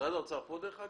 משרד האוצר כאן?